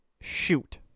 Shoot